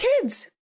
kids